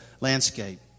landscape